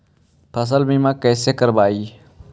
फसल बीमा कैसे करबइ?